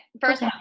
First